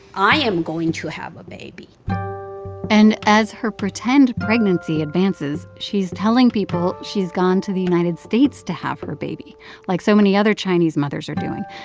i am going to have a baby and as her pretend pregnancy advances, she's telling people she's gone to the united states to have her baby like so many other chinese mothers are doing.